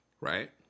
Right